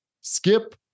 skip